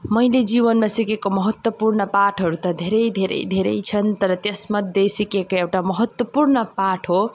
मैले जीवनमा सिकेको महत्त्वपूर्ण पाठहरू त धेरै धेरै धेरै छन् तर त्यस मध्ये सिकेको एउटा महत्त्वपूर्ण पाठ हो